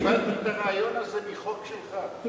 קיבלתי את הרעיון הזה מחוק שלך.